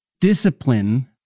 discipline